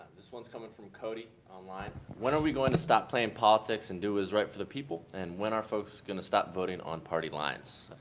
this one is coming from cody online. when are we going to stop playing politics and do what is right for the people? and when are folks going to stop voting on party lines?